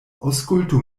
aŭskultu